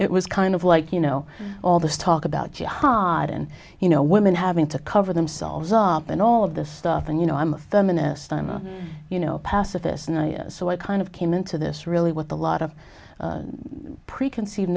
it was kind of like you know all this talk about jihad and you know women having to cover themselves up and all of this stuff and you know i'm a feminist i'm a you know pacifist and i so i kind of came into this really what the lot of preconceived